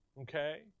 Okay